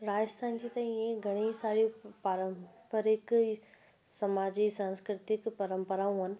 राजस्थान जी त ईअं ई घणेई सारियूं पारंपरिक ऐं समाजिक सांस्कृतिक परंपराऊं आहिनि